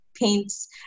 paints